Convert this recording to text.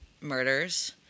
murders